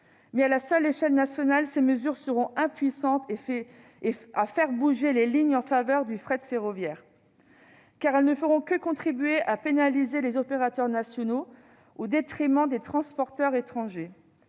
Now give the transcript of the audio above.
Mais, à la seule échelle nationale, de telles mesures seront impuissantes à faire bouger les lignes en faveur du fret ferroviaire, car elles ne feront que contribuer à pénaliser les opérateurs nationaux, au bénéfice des transporteurs étrangers,